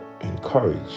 encourage